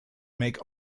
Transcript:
make